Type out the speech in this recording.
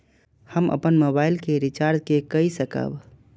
हम अपन मोबाइल के रिचार्ज के कई सकाब?